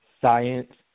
science